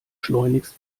schleunigst